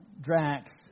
Drax